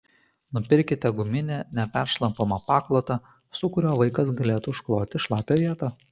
nupirkite guminį neperšlampamą paklotą su kuriuo vaikas galėtų užkloti šlapią vietą